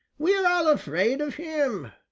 we are all afraid of him.